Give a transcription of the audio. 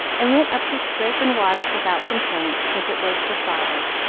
and went up to scrape and wash without complaint, since it was for father.